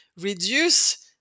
reduce